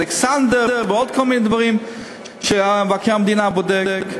בירה "אלכסנדר" ועוד כל מיני דברים שמבקר המדינה בודק.